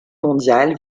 mondiale